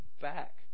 back